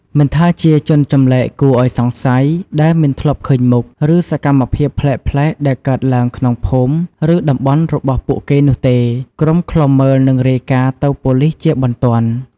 មិនថាជា ជនចម្លែកគួរឱ្យសង្ស័យ ដែលមិនធ្លាប់ឃើញមុខ ឬ សកម្មភាពប្លែកៗដែលកើតឡើងក្នុងភូមិ ឬតំបន់របស់ពួកគេនោះទេ ក្រុមឃ្លាំមើលនឹងរាយការណ៍ទៅប៉ូលិសជាបន្ទាន់។